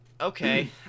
Okay